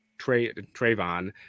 Trayvon